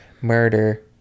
murder